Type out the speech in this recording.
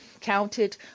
counted